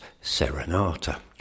Serenata